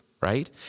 right